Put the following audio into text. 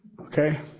Okay